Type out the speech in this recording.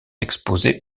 exposé